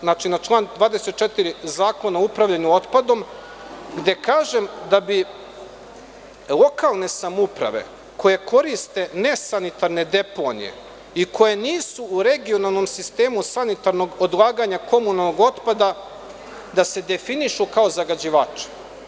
Zakona o upravljanju otpadom gde kažem da bi lokalne samouprave koje koriste ne sanitarne deponije i koje nisu u regionalnom sistemu sanitarnog odlaganja komunalnog otpada da se definišu kao zagađivači.